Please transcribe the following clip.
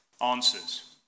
answers